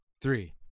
three